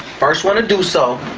first one to do so